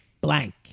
blank